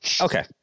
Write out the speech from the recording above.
okay